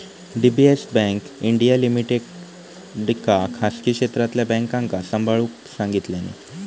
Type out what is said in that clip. DBS bank India लिमिटेडका खासगी क्षेत्रातल्या बॅन्कांका सांभाळूक सांगितल्यानी